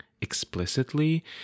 explicitly